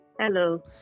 Hello